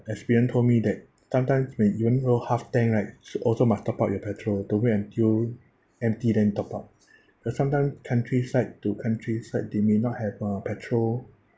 experience told me that sometimes when even though half tank right sh~ also must top up your petrol don't wait until empty then top up because sometimes countryside to countryside they may not have uh petrol